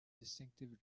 distinctive